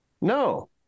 No